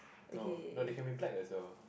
no no they can be black as well